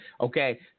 Okay